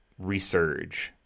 resurge